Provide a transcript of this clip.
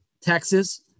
Texas